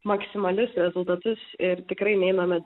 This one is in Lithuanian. maksimalius rezultatus ir tikrai neiname